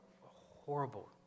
horrible